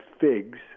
Figs